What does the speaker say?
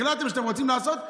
החלטתם שאתם רוצים לעשות?